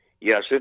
Yes